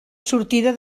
sortida